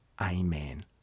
Amen